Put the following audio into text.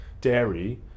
dairy